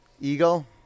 Eagle